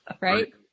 right